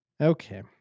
Okay